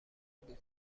بود